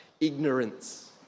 ignorance